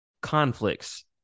conflicts